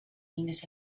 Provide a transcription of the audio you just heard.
minutes